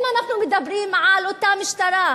אם אנחנו מדברים על אותה משטרה,